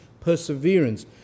perseverance